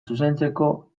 zuzentzeko